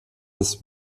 des